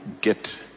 get